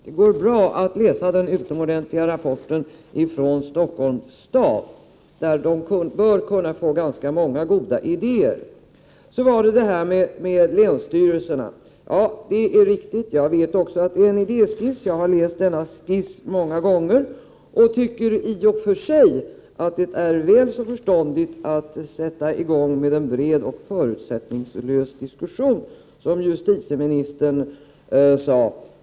Det går bra att läsa den utomordentliga rapporten från Stockholms stad, där man bör få ganska många goda idéer. När det gäller länsrätterna vet jag också att det är fråga om en idéskiss— jag har studerat den många gånger. Jag tycker i och för sig att det är väl så förståndigt att sätta i gång med en bred och förutsättningslös diskussion, som justitieministern sade.